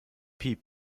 piep